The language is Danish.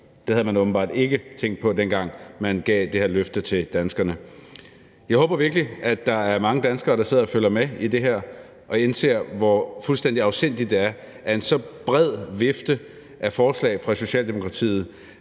Det havde man åbenbart ikke tænkt på, dengang man gav det her løfte til danskerne. Jeg håber virkelig, at der er mange danskere, der sidder og følger med i det her og indser, hvor fuldstændig afsindigt det er, altså med den brede vifte af forslag fra Socialdemokratiet